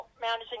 managing